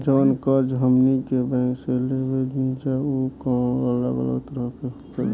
जवन कर्ज हमनी के बैंक से लेवे निजा उ अलग अलग तरह के होखेला